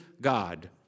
God